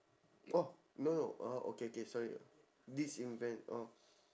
oh no no orh okay okay sorry disinvent oh